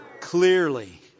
clearly